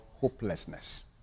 hopelessness